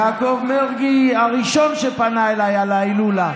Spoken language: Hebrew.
יעקב מרגי הראשון שפנה אליי על ההילולה,